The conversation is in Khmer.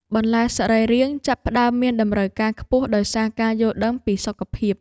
បន្លែសរីរាង្គ ចាប់ផ្ដើមមានតម្រូវការខ្ពស់ដោយសារការយល់ដឹងពីសុខភាព។